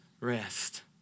rest